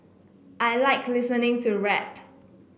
I like listening to rap